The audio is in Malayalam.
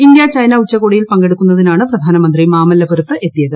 ഇന്ത്യ ചൈന ഉച്ചകോടിയിൽ പങ്കെട്ടൂക്കുന്നതിനാണ് പ്രധാനമന്ത്രി മാമല്പുരത്ത് എത്തിയത്